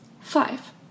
Five